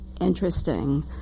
interesting